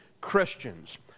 Christians